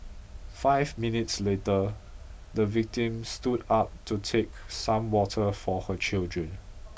five minutes later the victim stood up to take some water for her children